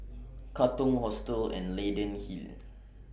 Katong Hostel and Leyden Hill